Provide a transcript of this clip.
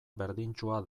berdintsua